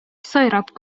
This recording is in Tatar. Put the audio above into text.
сайрап